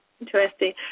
interesting